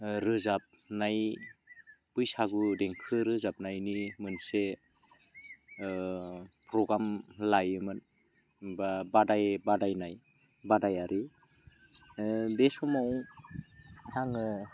रोजाबनाय बैसागु देंखो रोजाबनायनि मोनसे प्रग्राम लायोमोन होमब्ला बादायनाय बादायारि बे समाव आङो